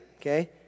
okay